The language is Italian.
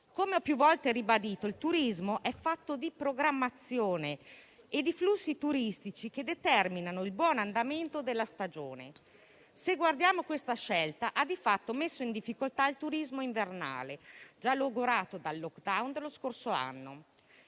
Come ho più volte ribadito, il turismo è fatto di programmazione e flussi turistici che determinano il buon andamento della stagione. Questa scelta ha di fatto messo in difficoltà il turismo invernale, già logorato dal *lockdown* dello scorso anno.